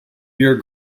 beer